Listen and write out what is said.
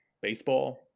baseball